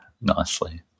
nicely